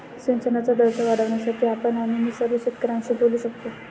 सिंचनाचा दर्जा वाढवण्यासाठी आपण आणि मी सर्व शेतकऱ्यांशी बोलू शकतो